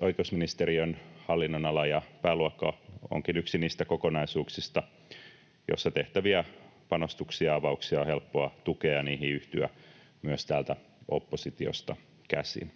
oikeusministeriön hallinnonala ja pääluokka onkin yksi niistä kokonaisuuksista, joissa tehtäviä panostuksia ja avauksia on helppo tukea ja niihin yhtyä myös täältä oppositiosta käsin.